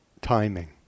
timing